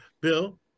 Bill